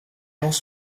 genres